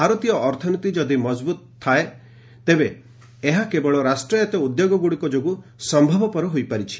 ଭାରତୀୟ ଅର୍ଥନୀତି ଯଦି ମଜବୁତ ଥାଏ ତେବେ ଏହା ରାଷ୍ଟ୍ରାୟତ ଉଦ୍ୟୋଗଗୁଡ଼ିକ ଯୋଗୁଁ ସମ୍ଭବ ହୋଇଛି